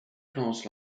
class